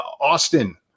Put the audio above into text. Austin